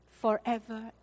forever